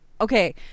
Okay